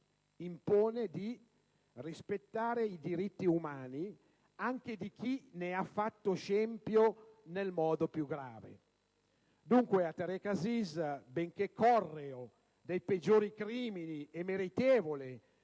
impone di rispettare i diritti umani anche di chi ne ha fatto scempio nel modo più grave. Dunque, a Tareq Aziz, benché correo dei peggiori crimini e meritevole